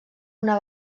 una